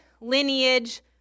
lineage